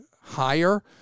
higher